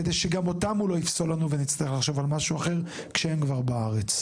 כדי שגם אותם הוא לא יפסול לנו ונצטרך לחשוב על משהו אחר כשהם כבר בארץ.